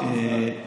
כמובן,